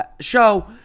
show